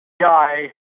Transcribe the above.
guy